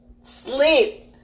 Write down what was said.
Sleep